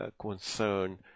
concern